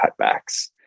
cutbacks